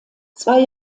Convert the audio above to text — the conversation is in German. zwei